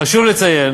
חשוב לציין